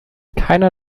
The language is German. keiner